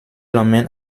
emmène